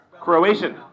Croatian